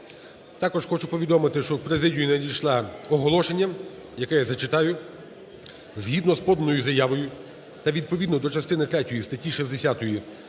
Також хочу повідомити, що в президію надійшло оголошення, яке я зачитаю. "Згідно з поданою заявою та відповідно до частини третьої статті 60